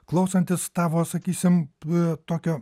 klausantis tavo sakysim tokio